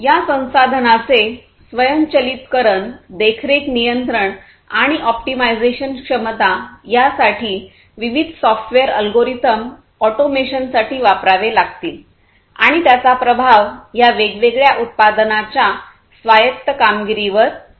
या संसाधनांचे स्वयंचलितकरण देखरेख नियंत्रण आणि ऑप्टिमायझेशन क्षमता यासाठी विविध सॉफ्टवेअर अल्गोरिदम ऑटोमेशनसाठी वापरावे लागतील आणि त्याचा प्रभाव या वेगवेगळ्या उत्पादनांच्या स्वायत्त कामगिरीवर होत आहे